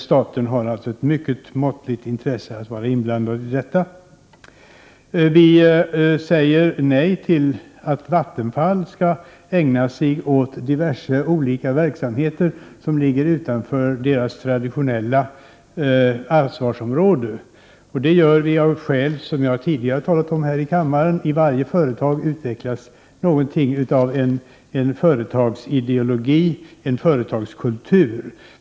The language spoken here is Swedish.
Staten har alltså ett mycket måttligt intresse av att vara inblandad i detta. Vi säger nej till att Vattenfall skall ägna sig åt diverse olika verksamheter som ligger utanför Vattenfalls traditionella ansvarsområde. Det gör vi av skäl som jag tidigare har talat om här i kammaren. I varje företag utvecklas något av en företagsideologi, en företagskultur.